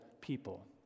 people